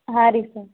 ಹಾಂ ರೀ ಸರ್